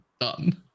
Done